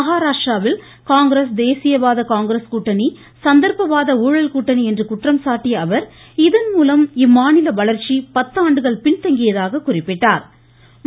மகாராஷ்டிராவில் காங்கிரஸ் தேசியவாத காங்கிரஸ் கூட்டணி சந்தா்ப்பவாத ஊழல் கூட்டணி என்று குற்றம் சாட்டிய அவர் இதன்மூலம் இம்மாநில வளர்ச்சி பத்தாண்டுகள் பின்தங்கியதாக குறிப்பிட்டாா்